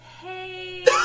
hey-